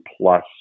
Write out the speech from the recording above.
plus